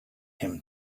him